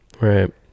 Right